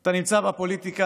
אתה נמצא בפוליטיקה,